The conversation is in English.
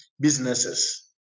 businesses